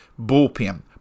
bullpen